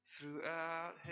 throughout